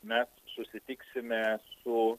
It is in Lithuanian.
mes susitiksime su